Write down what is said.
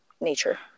nature